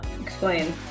explain